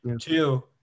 Two